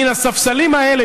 מן הספסלים האלה,